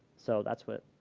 so that's what